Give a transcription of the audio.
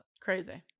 Crazy